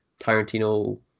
Tarantino